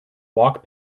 walk